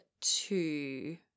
two